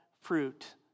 fruit